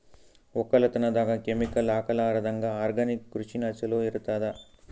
ಒಕ್ಕಲತನದಾಗ ಕೆಮಿಕಲ್ ಹಾಕಲಾರದಂಗ ಆರ್ಗ್ಯಾನಿಕ್ ಕೃಷಿನ ಚಲೋ ಇರತದ